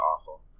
Awful